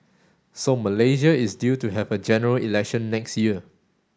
so Malaysia is due to have a General Election next year